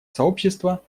сообщества